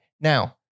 Now